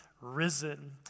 risen